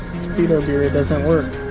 speedo gear doesn't work.